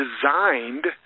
designed